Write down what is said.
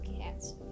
cats